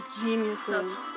geniuses